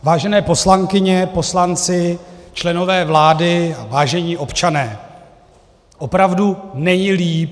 Vážené poslankyně, poslanci, členové vlády, vážení občané, opravdu není líp.